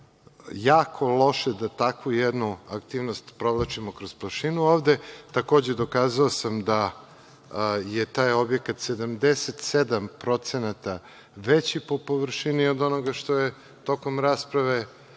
jako loše da takvu jednu aktivnost provlačimo kroz prašinu ovde. Takođe, dokazao sam da je taj objekat 77% veći po površini od onoga što je tokom rasprave